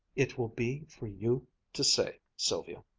it will be for you to say, sylvia,